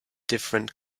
different